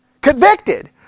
Convicted